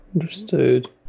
Understood